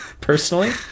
personally